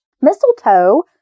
Mistletoe